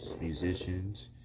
musicians